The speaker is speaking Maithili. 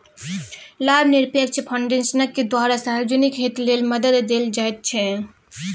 लाभनिरपेक्ष फाउन्डेशनक द्वारा सार्वजनिक हित लेल मदद देल जाइत छै